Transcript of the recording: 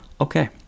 Okay